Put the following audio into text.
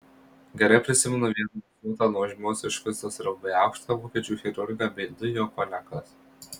gerai prisimenu vieną ūsuotą nuožmios išvaizdos ir labai aukštą vokiečių chirurgą bei du jo kolegas